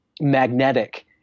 magnetic